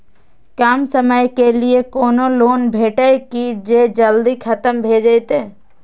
कम समय के लीये कोनो लोन भेटतै की जे जल्दी खत्म भे जे?